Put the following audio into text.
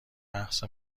بحث